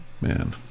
Man